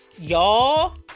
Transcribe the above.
y'all